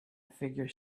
figure